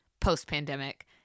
post-pandemic